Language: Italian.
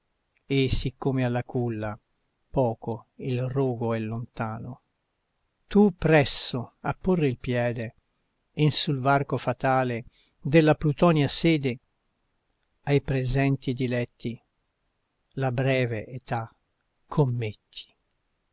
e siccome alla culla poco il rogo è lontano tu presso a porre il piede in sul varco fatale della plutonia sede ai presenti diletti la breve età commetti